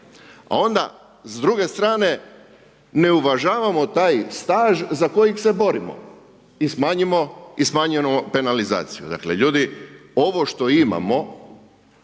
a onda s druge strane ne uvažavamo taj staž za kojeg se borimo i smanjujemo penalizaciju. Dakle, ljudi, ovo što imamo,